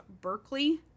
Berkeley